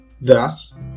Thus